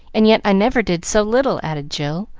and yet i never did so little, added jill,